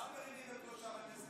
מה זה מרימים את ראשם?